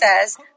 says